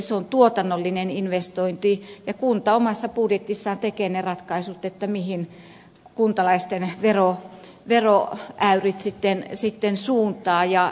se on tuotannollinen investointi ja kunta omassa budjetissaan tekee ne ratkaisut mihin kuntalaisten vero vero häiritsi teen sitten veroäyrit suunnataan